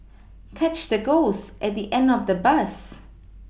catch the ghost at the end of the bus